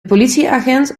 politieagent